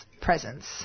presence